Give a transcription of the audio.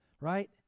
Right